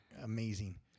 amazing